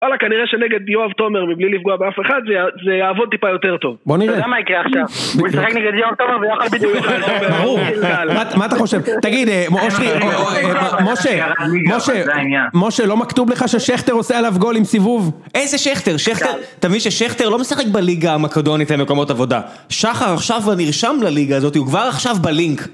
הלאה כנראה שנגד יואב תומר מבלי לפגוע באף אחד זה יעבוד טיפה יותר טוב בוא נראה אתה יודע מה יקרה עכשיו, הוא ישחק נגד יואב תומר והוא יאכל ביטוי אותך ברור מה אתה חושב? תגיד מושיק משה משה לא מכתוב לך ששכטר עושה עליו גול עם סיבוב? איזה שכטר? שכטר, תמיד ששכטר לא משחק בליגה המקדונית למקומות עבודה שחר עכשיו הנרשם לליגה הזאת הוא כבר עכשיו בלינק